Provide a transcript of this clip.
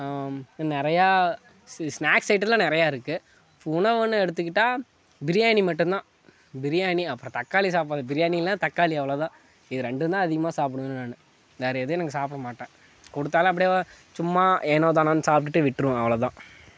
நிறையா சி ஸ்நாக்ஸ் ஐட்டத்தில் நிறையா இருக்குது உணவுனு எடுத்துக்கிட்டால் பிரியாணி மட்டும்தான் பிரியாணி அப்புறம் தக்காளி சாப்பாடு பிரியாணி இல்லைன்னா தக்காளி அவ்வளோ தான் இது ரெண்டும் தான் அதிகமாக சாப்பிடுவேன் நானு வேறே எதுவும் எனக்கு சாப்பிடமாட்டேன் கொடுத்தாலும் அப்படியே சும்மா ஏனோ தானோ சாப்பிட்டுட்டு விட்டுருவேன் அவ்வளோ தான்